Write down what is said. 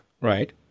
Right